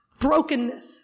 brokenness